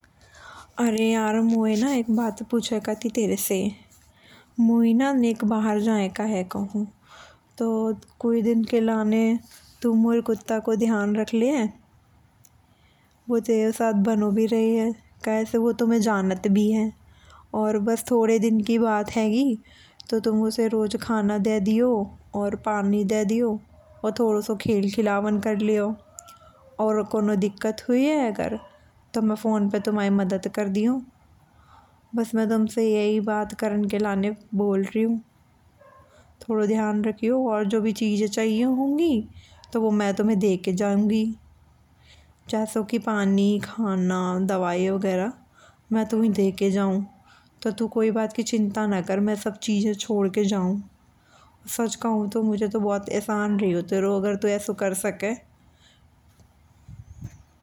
अरे यार मोए ना एक बात पूछे का हती तेरे से। मोए ना नेक बाहर जाए का है कहु। तो कौ दिन के लाने ते मोए कुत्ता को ध्यान रख लेहे। वो तेरे साथ बानो भी रह्ये कैसे वो तुमें जानत भी है। और बस थोड़े दिन की बात हेगी। तो तुम उसे रोज खाना दे दियो और पानी दे दियो। और थोड़ो सो खेल खिलावन कर लियो। और कोनो दिक्कत हुये अगर तो मैं फोन पे तुमाई मदद कर देहो। बस मैं तुमसे यही बात करन के लाने बोल रि हूं। थोड़ो ध्यान रखियो और जो भी चीजें चाहिए होंगी तो वो मैं तुम्हे दे के जुआँगि। जैसो की पानी खाना दवाई बगेरा मैं तुहु देके जाऊँ। तो तु कोई बात की चिंता ना कर मैं सब चीजे छोड़ के जाऊँ। सच कहु तो मुझे बहुत अहसान रह्यो तेरो अगर तु आइसो कर सके।